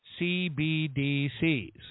CBDCs